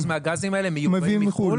100% מהגזים האלה מיובאים מחו"ל.